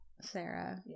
Sarah